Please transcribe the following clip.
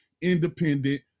independent